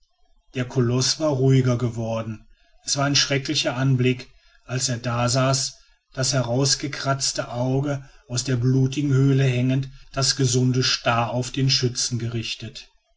der koloß war ruhiger geworden es war ein schrecklicher anblick als er dasaß das herausgekratzte auge aus der blutigen höhle hängend das gesunde starr auf den schützen gerichtet